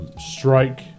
Strike